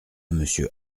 monsieur